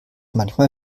manchmal